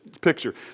picture